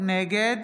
נגד